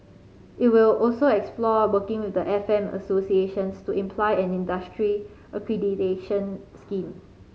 it will also explore working with the F M associations to imply an industry accreditation scheme